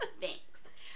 thanks